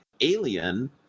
alien